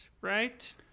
right